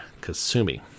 kasumi